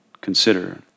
consider